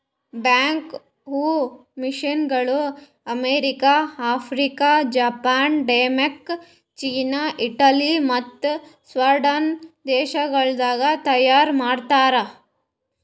back ಹೋ ಮಷೀನಗೊಳ್ America, Africa, Japan, Denmark, China, Italy ಮತ್ತ ಸ್ವೀಡನ್ ದೇಶಗೊಳ್ದಾಗ್ ತೈಯಾರ್ ಮಾಡ್ತಾರ್